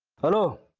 hello.